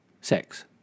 sex